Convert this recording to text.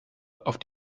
auf